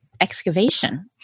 excavation